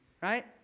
right